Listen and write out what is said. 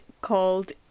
called